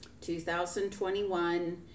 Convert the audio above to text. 2021